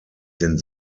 den